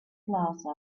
plaza